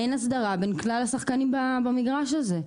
אין הסדרה בין כלל השחקנים במגרש הזה.